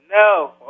No